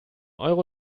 euro